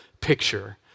picture